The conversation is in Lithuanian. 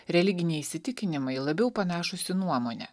religiniai įsitikinimai labiau panašūs į nuomonę